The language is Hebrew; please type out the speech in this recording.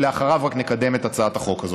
ורק אחריו נקדם את הצעת החוק הזאת,